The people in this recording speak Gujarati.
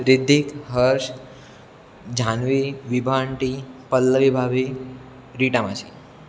રિધિક હર્ષ જ્હાનવી વિભા આંટી પલ્લવી ભાભી રીટા માસી